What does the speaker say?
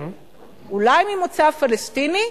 אולי ממוצא פלסטיני,